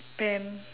pen